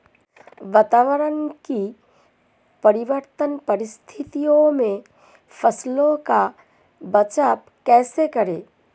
वातावरण की विपरीत परिस्थितियों में फसलों का बचाव कैसे करें?